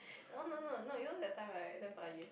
oh no no no no you know that time damn funny